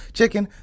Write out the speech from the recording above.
chicken